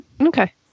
Okay